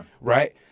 right